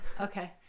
Okay